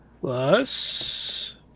Plus